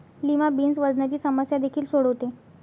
lima beans वजनाची समस्या देखील सोडवते